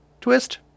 twist